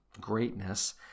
greatness